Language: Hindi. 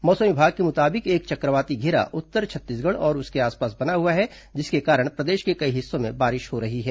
मौसम विभाग के मुताबिक एक चक्रवाती घेरा उत्तर छत्तीसगढ़ और उसके आसपास बना हुआ है जिसके कारण प्रदेश के कई हिस्सों में बारिश हो रही है